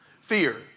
Fear